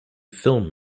film